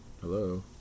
hello